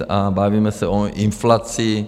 A bavíme se o inflaci.